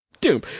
Doom